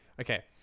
Okay